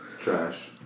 Trash